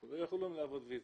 אנחנו לא יכולים לעבוד פיזית,